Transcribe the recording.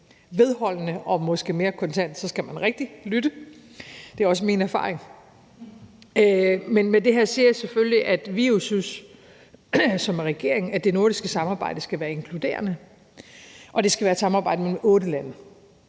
vedholdende og måske mere kontant, skal man rigtig lytte efter. Det er også min erfaring. Med det her siger jeg selvfølgelig, at vi jo som regering synes, at det nordiske samarbejde skal være inkluderende, og at det skal være et samarbejde mellem otte lande.